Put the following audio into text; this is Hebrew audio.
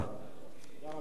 תודה רבה, אדוני.